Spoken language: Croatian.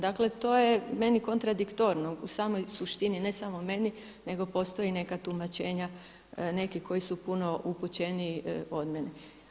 Dakle, to je meni kontradiktorno u samoj suštini, ne samo meni, nego postoji neka tumačenja neki koji su puno upućeniji od mene.